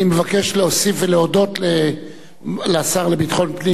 אני מבקש להוסיף ולהודות לשר לביטחון פנים